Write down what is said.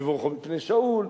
בבורחו מפני שאול,